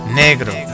negro